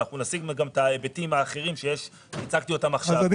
ואנחנו נציג גם את ההיבטים האחרים שהצגתי אותם עכשיו,